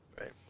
Right